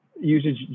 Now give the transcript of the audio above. usage